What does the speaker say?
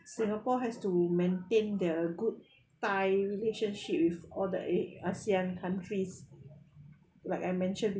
singapore has to maintain their good tie relationship with all the ASEAN countries like I mentioned